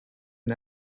and